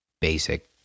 basic